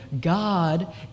God